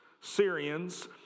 Syrians